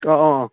ꯑꯥ ꯑꯥ ꯑꯥ